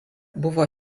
buvo